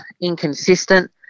inconsistent